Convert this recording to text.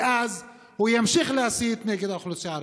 ואז הוא ימשיך להסית נגד האוכלוסייה הערבית.